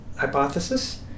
hypothesis